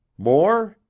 more?